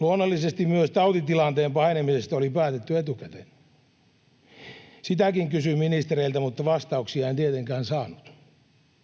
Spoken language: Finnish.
Luonnollisesti myös tautitilanteen pahenemisesta oli päätetty etukäteen. Sitäkin kysyin ministereiltä, mutta vastauksia en tietenkään saanut.